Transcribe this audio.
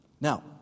Now